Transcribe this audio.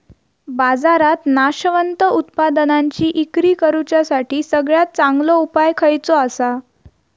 बाजारात नाशवंत उत्पादनांची इक्री करुच्यासाठी सगळ्यात चांगलो उपाय खयचो आसा?